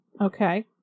Okay